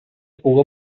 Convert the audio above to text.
puga